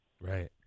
Right